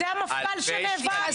זה המפכ"ל שנאבק.